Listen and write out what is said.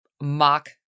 mock